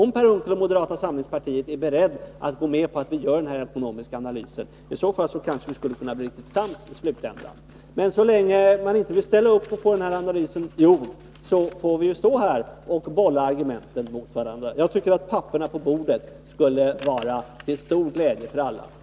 Om Per Unckel och moderata samlingspartiet är beredda att gå med på att vi gör den här ekonomiska analysen, skulle vi kanske kunna bli riktigt sams till slut. Men så länge man inte vill ställa upp och få den här analysen gjord, får vi ju stå här och bolla argumenten mot varandra. Jag tycker att papperen på bordet skulle vara till stor glädje för oss alla.